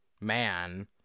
Man